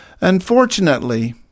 Unfortunately